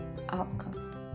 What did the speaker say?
outcome